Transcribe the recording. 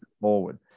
forward